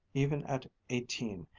even at eighteen,